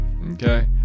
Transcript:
Okay